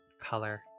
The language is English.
color